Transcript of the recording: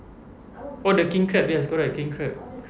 oh the king crab yes correct king crab